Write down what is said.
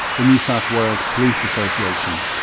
the new south wales police association,